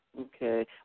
Okay